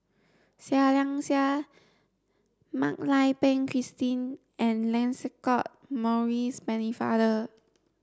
Seah Liang Seah Mak Lai Peng Christine and Lancelot Maurice Pennefather